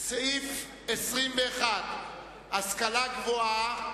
סעיף 21, השכלה גבוהה,